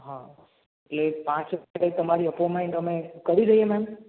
હા એટલે પાંચ વાગ્યે તમારી અપોઈન્ટમેન્ટ અમે કરી દઈએ મેમ